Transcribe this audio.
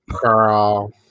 Girl